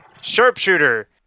Sharpshooter